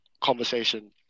conversation